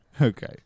Okay